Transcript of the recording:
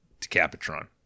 DeCapitron